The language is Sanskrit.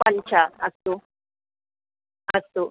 पञ्च अस्तु अस्तु